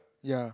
ya